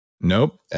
Nope